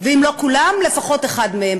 ואם לא כולם, לפחות אחד מהם.